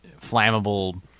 flammable